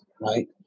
right